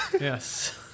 Yes